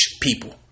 people